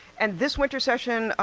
and this winter session,